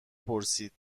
پرسید